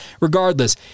Regardless